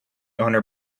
owner